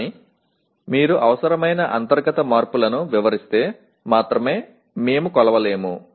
కానీ మీరు అవసరమైన అంతర్గత మార్పులను వివరిస్తే మాత్రమే మేము కొలవలేము